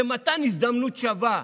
זה מתן הזדמנות שווה,